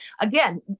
again